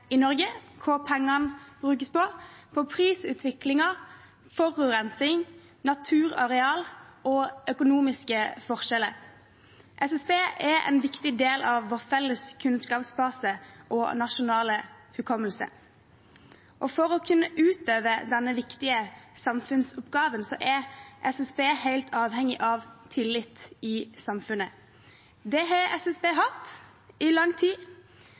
i Norge, hva pengene brukes på, prisutviklingen, forurensning, natur, areal og økonomiske forskjeller. SSB er en viktig del av vår felles kunnskapsbase og nasjonale hukommelse, og for å kunne utøve denne viktige samfunnsoppgaven er SSB helt avhengig av tillit i samfunnet. Det har SSB hatt i lang tid,